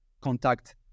contact